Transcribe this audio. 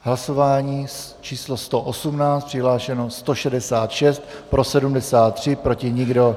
V hlasování číslo 118 přihlášeno 166, pro 73, proti nikdo.